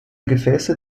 gefäße